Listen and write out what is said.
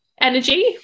energy